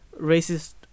racist